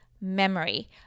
memory